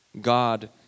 God